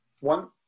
one